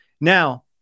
Now